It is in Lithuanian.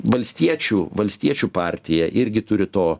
valstiečių valstiečių partija irgi turi to